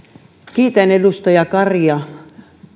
kiitän edustaja karia